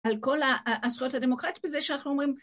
על כל הזכויות הדמוקרטיים בזה שאנחנו אומרים.